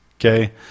Okay